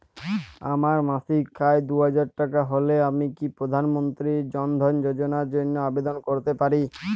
আমার মাসিক আয় দুহাজার টাকা হলে আমি কি প্রধান মন্ত্রী জন ধন যোজনার জন্য আবেদন করতে পারি?